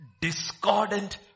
discordant